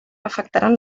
afectaran